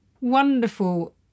Wonderful